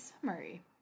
Summary